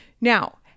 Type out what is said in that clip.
Now